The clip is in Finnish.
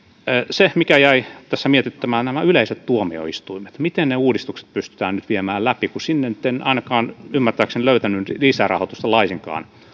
se mikä jäi tässä mietityttämään ovat nämä yleiset tuomioistuimet miten ne uudistukset pystytään nyt viemään läpi kun sinne nyt ei ainakaan ymmärtääkseni löytynyt lisärahoitusta laisinkaan